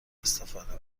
استفاده